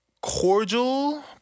cordial